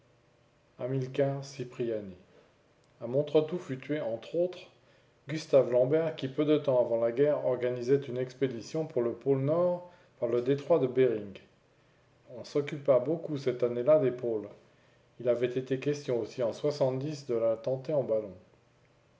a montretout fut tué entre autres gustave lambert qui peu de temps avant la guerre organisait une expédition pour le pôle nord par le détroit de béering on s'occupa beaucoup ces années-là des pôles il avait été question aussi en de la tenter en ballon